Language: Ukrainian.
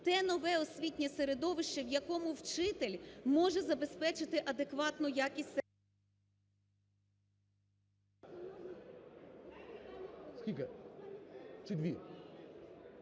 те нове освітнє середовище, в якому вчитель може забезпечити адекватну якість…